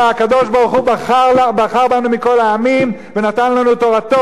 הקדוש-ברוך-הוא בחר בנו מכל העמים ונתן לנו את תורתו,